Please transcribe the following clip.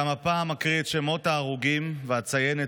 גם הפעם אקריא את שמות ההרוגים ואציין את